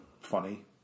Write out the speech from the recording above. funny